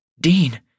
Dean